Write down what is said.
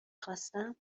خواستم